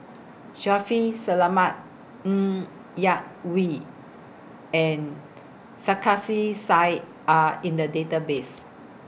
Shaffiq Selamat Ng Yak Whee and Sarkasi Said Are in The Database